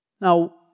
Now